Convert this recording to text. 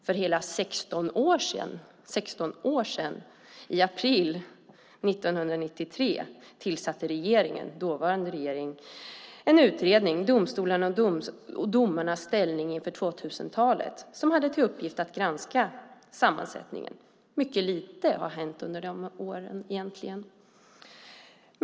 För hela 16 år sedan, i april 1993, tillsatte den dåvarande regeringen en utredning om domstolarna och domarnas ställning inför 2000-talet som hade till uppgift att granska sammansättningen. Mycket lite har hänt under åren sedan dess.